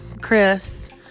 Chris